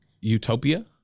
utopia